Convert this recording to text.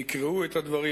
יקראו את הדברים.